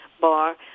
bar